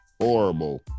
horrible